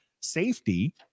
safety